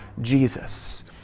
Jesus